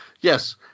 yes